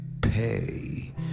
pay